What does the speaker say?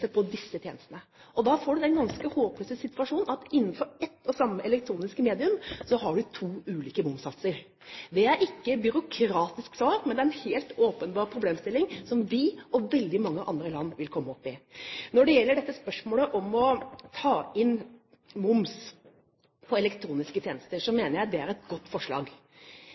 får du den ganske håpløse situasjonen at innenfor ett og samme elektroniske medium har du to ulike momssatser. Det er ikke en byråkratisk sak, men det er en helt åpenbar problemstilling som vi og veldig mange andre land vil komme opp i. Når det gjelder dette spørsmålet om å ta inn moms på elektroniske tjenester, mener jeg det er et godt forslag,